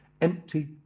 empty